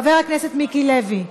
חבר הכנסת מיקי לוי,